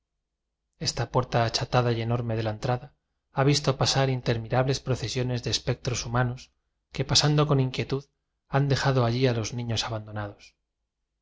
esta puerta achatada y enorme de la entrada ha visto pasar in terminables procesiones de espectros hu manos que pasando con inquietud han de jado allí a los niños abandonados